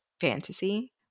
fantasy